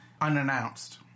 unannounced